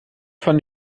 von